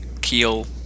Keel